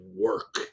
work